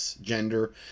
gender